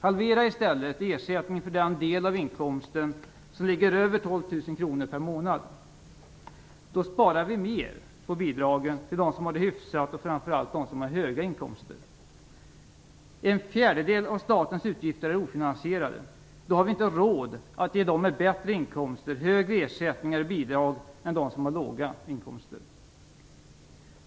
Halvera i stället ersättningen för den del av inkomsten som ligger över 12 000 kronor per månad. Då sparar vi mer på bidragen till dem som har hyfsat, och framför allt till dem som har höga inkomster. En fjärdedel av statens utgifter är ofinansierade. Då har vi inte råd att ge dem med bättre inkomster högre ersättningar och bidrag än dem som har låga inkomster.